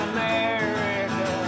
America